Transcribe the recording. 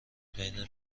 بین